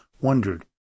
wondered